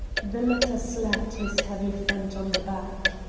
the latter slapped his heavy friend on the back.